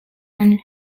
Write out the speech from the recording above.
and